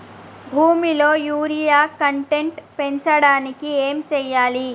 భూమిలో urea content పెంచడానికి ఏం చేయాలి?